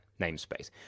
namespace